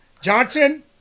Johnson